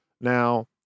Now